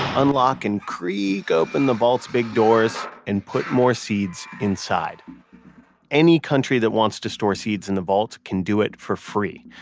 unlock and creak open the vaults big doors and put more seeds inside any country that wants to store seeds in the vaults can do it for free.